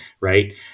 Right